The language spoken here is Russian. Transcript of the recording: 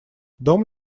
дом